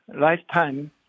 lifetime